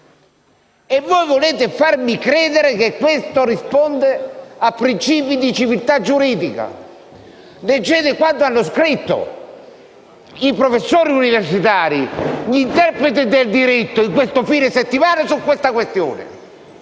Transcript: Volete farmi credere che questo risponde a principi di civiltà giuridica? Leggete quanto hanno scritto sulla questione i professori universitari e gli interpreti del diritto in questo fine settimana. Signor Presidente,